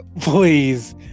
please